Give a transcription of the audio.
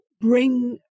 bring